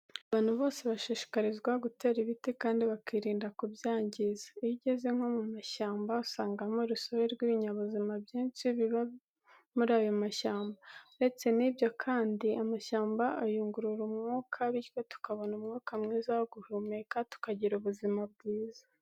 Abantu bose bashishikarizwa gutera ibiti kandi bakirinda kubyangiza. Iyo ugeze nko mu mashyamba usangamo urusobe rw'ibinyabuzima byinshi biba muri ayo mashyamba. Uretse n'ibyo kandi amashyamba ayungurura umwuka, bityo tukabona umwuka mwiza wo guhumeka tukagira ubuzima bwiza.